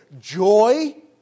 joy